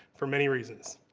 for many reasons.